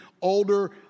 older